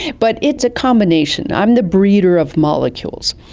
but it's a combination. i'm the breeder of molecules,